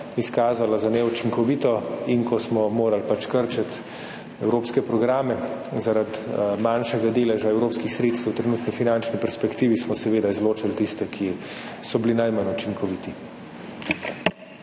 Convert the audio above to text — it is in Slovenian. izkazala za neučinkovito in ko smo morali krčiti evropske programe zaradi manjšega deleža evropskih sredstev v trenutni finančni perspektivi, smo seveda izločili tiste, ki so bili najmanj učinkoviti.